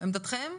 עמדתכם?